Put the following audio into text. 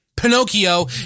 Pinocchio